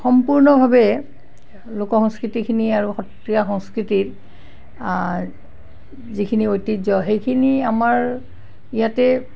সম্পূৰ্ণভাৱে লোক সংস্কৃতিখিনি আৰু সত্ৰীয়া সংস্কৃতিৰ যিখিনি ঐতিহ্য সেইখিনি আমাৰ ইয়াতে